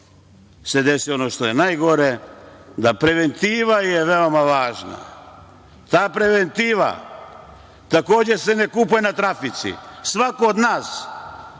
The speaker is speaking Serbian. se desi ono što je najgore. Preventiva je veoma važna. Ta preventiva takođe se ne kupuje na trafici. Svako od nas